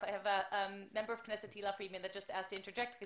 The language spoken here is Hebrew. של הזהות שלנו במהלך ההיסטוריה גם היום